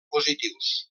positius